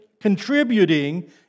contributing